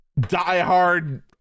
diehard